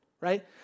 right